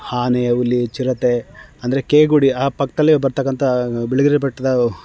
ಆನೆ ಹುಲಿ ಚಿರತೆ ಅಂದರೆ ಕೆ ಗುಡಿ ಆ ಪಕ್ಕದಲ್ಲಿ ಬರತಕ್ಕಂತಹ ಬಿಳಿಗಿರಿ ಬೆಟ್ಟದ